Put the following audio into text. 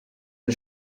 and